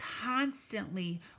constantly